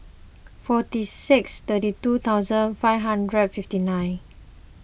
forty six thirty two thousand five hundred fifty nine